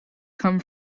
come